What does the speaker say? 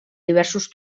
diversos